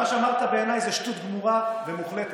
מה שאמרת בעיניי זו שטות גמורה ומוחלטת,